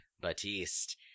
Batiste